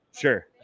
Sure